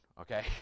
Okay